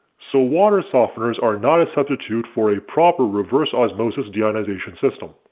so water softeners are not a substitute for a proper reverse osmosis deionization system.